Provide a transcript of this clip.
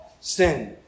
sin